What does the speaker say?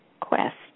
Quest